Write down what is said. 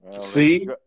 See